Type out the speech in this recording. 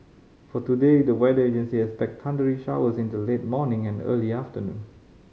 for today the weather agency expect thundery showers in the late morning and early afternoon